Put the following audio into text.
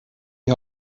die